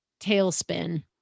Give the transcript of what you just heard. tailspin